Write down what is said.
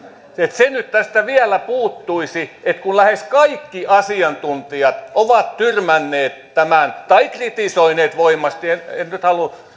se nyt tästä vielä puuttuisi että kun lähes kaikki asiantuntijat ovat tyrmänneet tämän tai kritisoineet voimallisesti en nyt halua